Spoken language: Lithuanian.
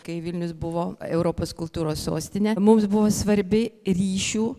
kai vilnius buvo europos kultūros sostinė mums buvo svarbi ryšių